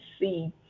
see